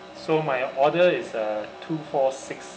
so my order is uh two four six